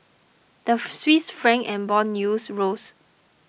the Swiss Franc and bond yields rose